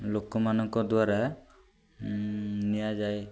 ଲୋକମାନଙ୍କ ଦ୍ୱାରା ନିଆଯାଏ